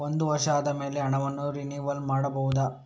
ಒಂದು ವರ್ಷ ಆದಮೇಲೆ ಹಣವನ್ನು ರಿನಿವಲ್ ಮಾಡಬಹುದ?